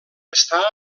està